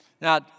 Now